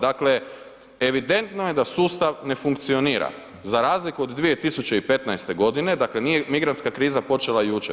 Dakle evidentno je da sustav ne funkcionira za razliku od 2015. godine, dakle nije migrantska kriza počela jučer.